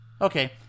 Okay